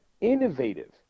innovative